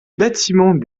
bâtiments